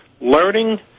learning